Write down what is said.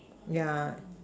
yeah